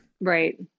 Right